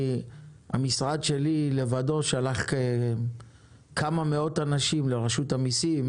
המשרד שלי לבדו שלח כמה מאות אנשים לרשות המיסים,